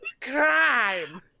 Crime